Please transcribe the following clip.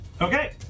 Okay